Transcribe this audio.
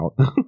out